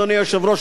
אדוני היושב-ראש,